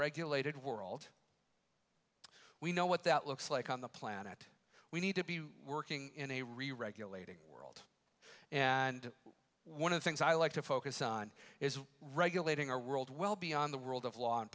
unregulated world we know what that looks like on the planet we need to be working in a reregulating world and one of the things i like to focus on is regulating our world well beyond the world of law and